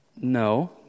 No